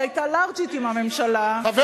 היא מנהלת מלחמה עם ראש הממשלה, היא שמעה אותך.